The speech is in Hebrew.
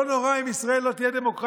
לא נורא אם ישראל לא תהיה דמוקרטיה,